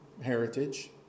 heritage